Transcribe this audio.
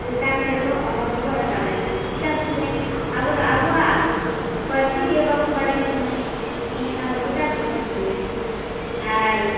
ᱪᱮᱛᱟᱱ ᱥᱮᱫ ᱫᱚ ᱚᱦᱚ ᱜᱮᱵᱚᱱ ᱨᱟᱠᱟᱵ ᱫᱟᱲᱮᱭᱟᱜ ᱠᱟᱱᱟ ᱪᱤᱠᱟᱹ ᱛᱮᱥᱮ ᱟᱵᱚ ᱫᱚ ᱟᱵᱚᱣᱟᱜ ᱯᱟᱹᱨᱥᱤ ᱜᱮ ᱵᱟᱵᱚᱱ ᱵᱟᱲᱟᱭ ᱠᱟᱱᱟ ᱮᱱᱠᱷᱟᱱ ᱫᱚ ᱪᱤᱠᱟᱹ ᱛᱮᱵᱚᱱ ᱴᱷᱤᱠᱟᱹᱭᱟ ᱟᱨ